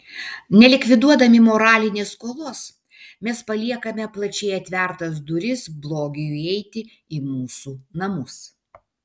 nelikviduodami moralinės skolos mes paliekame plačiai atvertas duris blogiui įeiti į mūsų namus